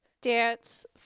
dance